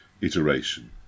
iteration